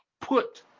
put